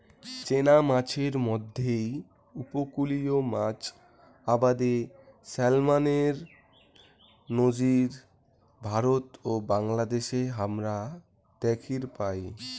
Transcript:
চেনা মাছের মইধ্যে উপকূলীয় মাছ আবাদে স্যালমনের নজির ভারত ও বাংলাদ্যাশে হামরা দ্যাখির পাই